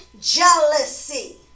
jealousy